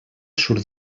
surt